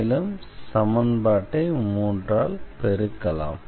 மேலும் சமன்பாட்டை 3 ஆல் பெருக்கலாம்